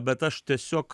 bet aš tiesiog